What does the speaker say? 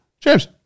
James